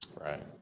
Right